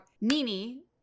Nini